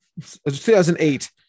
2008